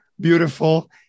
beautiful